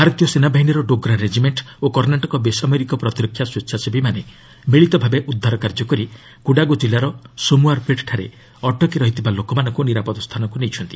ଭାରତୀୟ ସେନାବାହିନୀର ଡୋଗ୍ରା ରେଜିମେଣ୍ଟ୍ ଓ କର୍ଣ୍ଣାଟକ ବେସାମରିକ ପ୍ରତିରକ୍ଷା ସ୍ୱେଚ୍ଛାସେବୀମାନେ ମିଳିତ ଭାବେ ଉଦ୍ଧାର କାର୍ଯ୍ୟ କରି କୁଡାଗୁ ଜିଲ୍ଲାର ସୋମୁଆର୍ପେଟ୍ଠାରେ ଅଟକି ରହିଥିବା ଲୋକମାନଙ୍କୁ ନିରାପଦ ସ୍ଥାନକୁ ନେଇଛନ୍ତି